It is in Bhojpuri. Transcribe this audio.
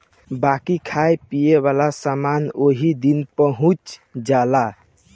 बाकी खाए पिए वाला समान ओही दिन पहुच जाला